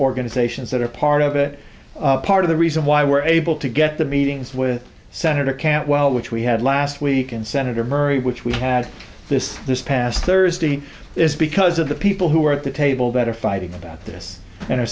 organizations that are part of it part of the reason why we're able to get the meetings with senator cantwell which we had last week and senator murray which we had this this past thursday is because of the people who are at the table that are fighting about